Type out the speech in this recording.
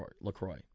LaCroix